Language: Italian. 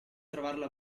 trovarlo